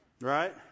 right